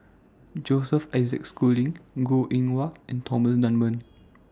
Joseph Isaac Schooling Goh Eng Wah and Thomas Dunman